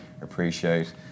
appreciate